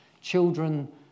Children